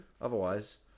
Otherwise